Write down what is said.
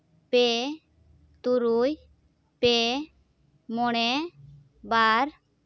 ᱯᱮ ᱛᱩᱨᱩᱭ ᱯᱮ ᱢᱚᱬᱮ ᱵᱟᱨ